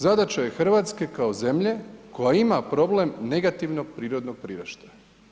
Zadaća je Hrvatske, kao zemlje koja ima problem negativnog prirodnog priraštaja.